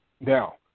Now